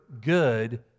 good